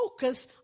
focus